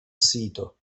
sito